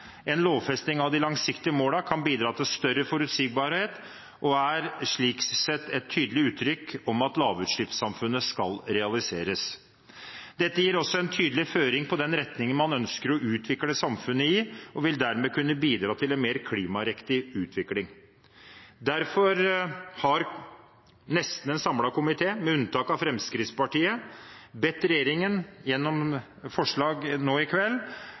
en lovfesting av de langsiktige målene kan bidra til større forutsigbarhet, og er slik sett et tydelig uttrykk for at lavutslippssamfunnet skal realiseres. Dette gir også en tydelig føring for den retningen man ønsker å utvikle samfunnet i, og vil dermed kunne bidra til en mer klimariktig utvikling. Derfor har en nesten samlet komité, med unntak av Fremskrittspartiet, bedt regjeringen gjennom forslag nå i kveld